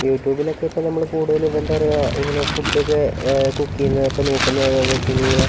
യൂട്യൂബിലൊക്കെ ഇപ്പോൾ നമ്മൾ കൂടുതലും എന്താണ് പറയുക ഇങ്ങനെ ഫുഡ് ഒക്കെ കുക്ക് ചെയ്യുന്നതൊക്കെ നോക്കുന്നത് ഏതാണെന്ന് വെച്ചുകഴിഞ്ഞാൽ